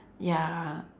ya